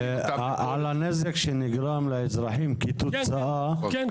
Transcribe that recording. אותם --- על הנזק שנגרם לאזרחים כתוצאה מכך,